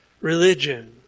religion